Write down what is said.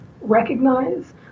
recognize